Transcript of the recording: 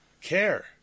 care